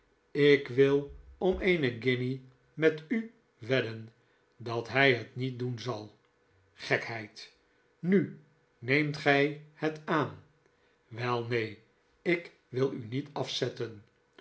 ik wil om eene guinje met u wedden dat tiij het niet doen zal gekheid nu neemt gij het aan wel neen ik wil u niet afzetten